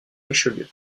richelieu